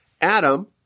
Adam